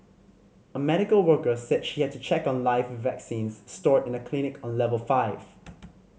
a medical worker said she had to check on live vaccines stored in a clinic on level five